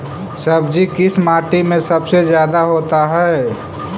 सब्जी किस माटी में सबसे ज्यादा होता है?